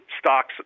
stocks